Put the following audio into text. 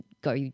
go